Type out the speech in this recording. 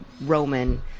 Roman